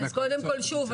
אז קודם כל שוב,